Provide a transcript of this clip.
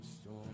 storm